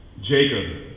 Jacob